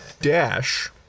dash